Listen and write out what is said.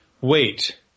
wait